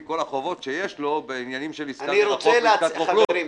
כל החובות שיש לו בעניינים של עסקה מרחוק ועסקת רוכלות",